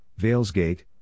Valesgate